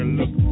look